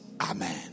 Amen